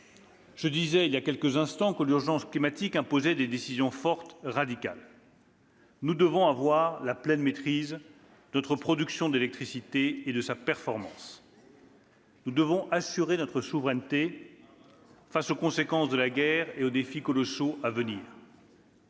Je disais, il y a quelques instants, que l'urgence climatique imposait des décisions fortes, radicales. « Nous devons avoir la pleine maîtrise de notre production d'électricité et de sa performance. Nous devons assurer notre souveraineté face aux conséquences de la guerre et aux défis colossaux à venir.